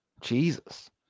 Jesus